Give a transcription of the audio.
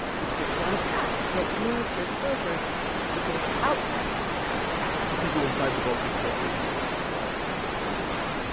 which puts you on a path that limits your exposure to people outside that path the people inside the bubble get closer to you, and the people outside get further away.